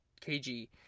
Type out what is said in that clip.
kg